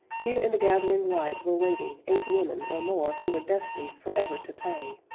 here in the gathering light were waiting eight women or more who were destined forever to pay,